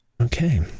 okay